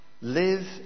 live